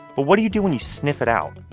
but what do you do when you sniff it out?